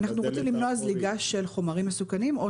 אנחנו רוצים למנוע זליגה של חומרים מסוכנים או